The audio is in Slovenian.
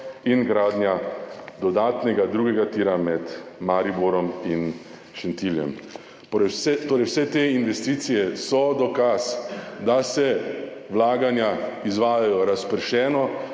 in gradnja dodatnega drugega tira med Mariborom in Šentiljem. Torej, vse te investicije so dokaz, da se vlaganja izvajajo razpršeno